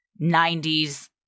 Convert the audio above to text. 90s